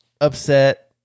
upset